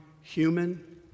human